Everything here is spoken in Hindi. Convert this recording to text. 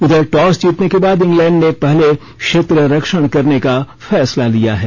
इधर टॉस जीतने के बाद इंगलैंड ने पहले क्षेत्ररक्षण करने का फैसला लिया है